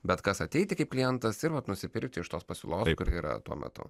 bet kas ateiti kaip klientas ir vat nusipirkti iš tos pasiūlos kuri yra tuo metu